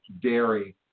dairy